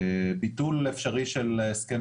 אנחנו סבורים שביטול אפשרי של ההסכם